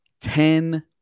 Ten